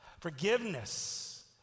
Forgiveness